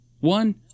One